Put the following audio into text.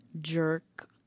jerk